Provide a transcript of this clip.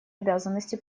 обязанности